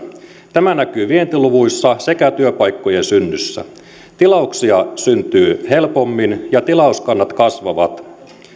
tämä näkyy vientiluvuissa sekä työpaikkojen synnyssä tilauksia syntyy helpommin ja tilauskannat kasvavat